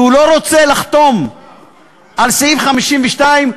שהוא לא רוצה לחתום על סעיף 52,